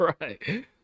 Right